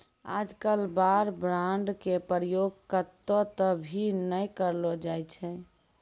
आजकल war bond के प्रयोग कत्तौ त भी नय करलो जाय छै